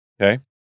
okay